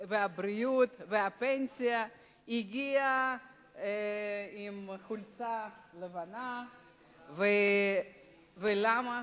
הבריאות והפנסיה הגיע עם חולצה לבנה, ולמה?